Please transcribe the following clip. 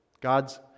God's